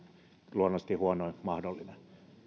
luonnollisesti huonoin mahdollinen te